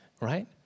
right